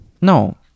No